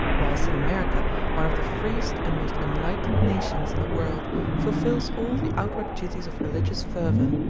whilst in america one of the freest and most enlightened nations in the world fulfils all the outward duties of religious fervor.